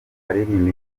aririmba